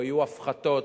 לא יהיו הפחתות,